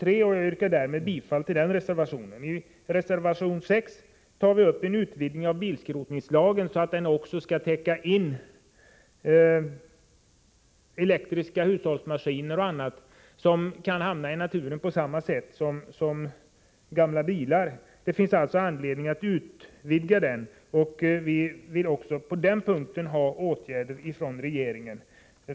Jag yrkar härmed bifall till reservation 3. I reservation 6 tar vi upp frågan om en utvidgning av bilskrotningslagen, så att den också skall täcka in elektriska hushållsmaskiner och annat, som kan hamna i naturen på samma sätt som gamla bilar. Det finns alltså anledning att utvidga den lagen. Vi vill också på den punkten ha förslag till åtgärder från regeringen.